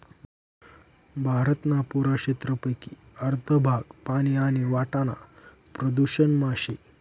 भारतना पुरा क्षेत्रपेकी अर्ध भाग पानी आणि वाटाना प्रदूषण मा शे